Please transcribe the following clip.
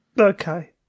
Okay